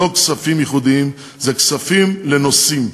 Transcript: אלה לא זה כספים ייחודיים, אלה כספים לנושאים,